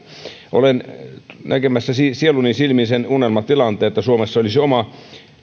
olen näkemässä sieluni silmin sen unelmatilanteen että suomessa olisi oma